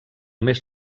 més